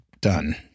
done